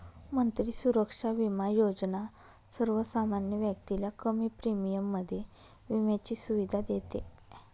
मंत्री सुरक्षा बिमा योजना सर्वसामान्य व्यक्तीला कमी प्रीमियम मध्ये विम्याची सुविधा देते